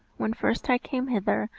when first i came hither,